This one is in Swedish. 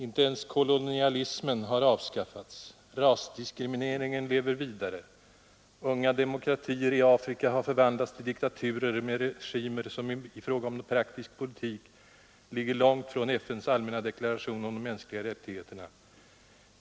Inte ens kolonialismen har avskaffats. Rasdiskrimineringen lever vidare. Unga demokratier i Afrika har förvandlats till diktaturer med regimer som i fråga om praktisk politik ligger långt från FN:s allmänna deklaration om de mänskliga rättigheterna.